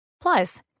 Plus